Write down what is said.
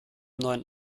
neuen